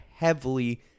Heavily